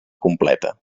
completa